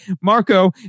Marco